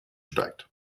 steigt